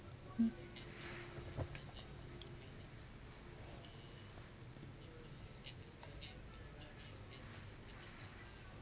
mm